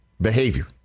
behavior